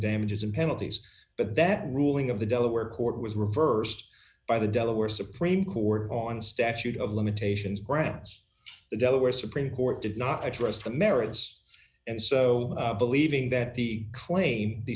damages and penalties but that ruling of the delaware court was reversed by the delaware supreme court on statute of limitations grants the delaware supreme court did not address the merits and so believing that the claim the